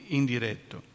indiretto